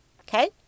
okay